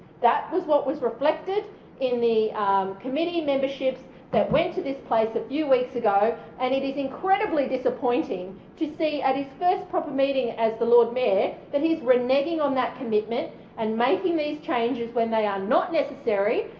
that was what was reflected in the committee memberships that went to this place a few weeks ago and it is incredibly disappointing to see at his first proper meeting as the lord mayor that he is reneging on that commitment and making these changes when they are not necessary,